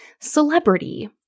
celebrity